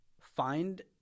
find